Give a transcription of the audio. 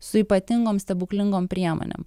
su ypatingom stebuklingom priemonėm